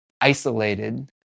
isolated